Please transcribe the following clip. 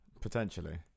Potentially